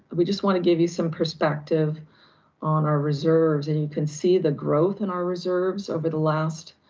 we just wanna give you some perspective on our reserves, and you can see the growth in our reserves over the last,